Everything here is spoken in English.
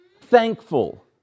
thankful